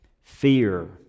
fear